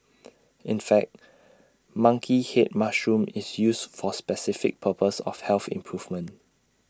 in fact monkey Head mushroom is used for specific purpose of health improvement